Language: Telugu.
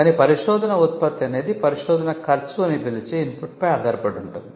కాని పరిశోధన ఉత్పత్తి అనేది పరిశోధన ఖర్చు అని పిలిచే ఇన్పుట్ పై ఆధారపడి ఉంటుంది